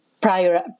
prior